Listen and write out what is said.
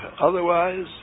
Otherwise